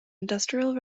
industrial